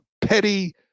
petty